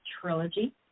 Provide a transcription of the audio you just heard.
trilogy